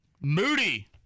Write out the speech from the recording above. Moody